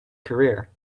career